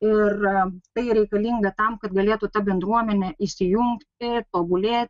ir tai reikalinga tam kad galėtų ta bendruomenė įsijungt ir tobulėt